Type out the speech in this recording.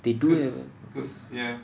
because because ya